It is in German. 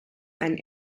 einen